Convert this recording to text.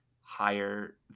higher